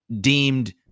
deemed